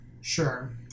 Sure